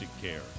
care